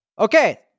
Okay